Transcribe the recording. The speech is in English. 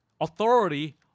authority